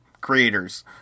creators